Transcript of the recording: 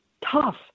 tough